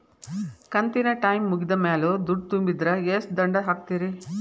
ಕಂತಿನ ಟೈಮ್ ಮುಗಿದ ಮ್ಯಾಲ್ ದುಡ್ಡು ತುಂಬಿದ್ರ, ಎಷ್ಟ ದಂಡ ಹಾಕ್ತೇರಿ?